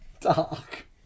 Dark